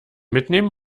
mitnehmen